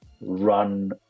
run